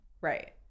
Right